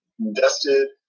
invested